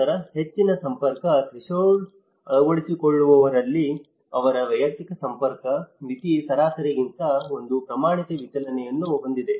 ನಂತರ ಹೆಚ್ಚಿನ ಸಂಪರ್ಕ ಥ್ರೆಶೋಲ್ಡ್ ಅಳವಡಿಸಿಕೊಳ್ಳುವವರಲ್ಲಿ ಅವರ ವೈಯಕ್ತಿಕ ಸಂಪರ್ಕ ಮಿತಿ ಸರಾಸರಿಗಿಂತ ಒಂದು ಪ್ರಮಾಣಿತ ವಿಚಲನವನ್ನು ಹೊಂದಿದೆ